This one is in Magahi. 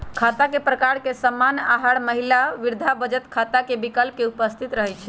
खता के प्रकार में सामान्य, आधार, महिला, वृद्धा बचत खता के विकल्प उपस्थित रहै छइ